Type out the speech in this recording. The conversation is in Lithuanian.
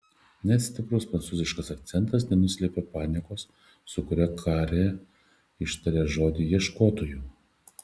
net stiprus prancūziškas akcentas nenuslėpė paniekos su kuria karė ištarė žodį ieškotojų